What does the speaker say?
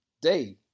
day